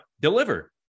deliver